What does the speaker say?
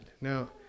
Now